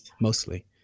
mostly